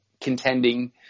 contending